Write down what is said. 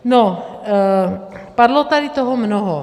No, padlo tady toho mnoho.